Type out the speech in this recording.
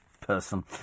person